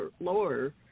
lower